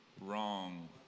wrong